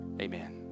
Amen